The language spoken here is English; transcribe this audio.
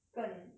like